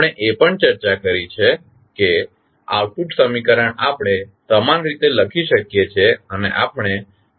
આપણે એ પણ ચર્ચા કરી કે આઉટપુટ સમીકરણ આપણે સમાન રીતે લખી શકીએ છીએ